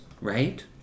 right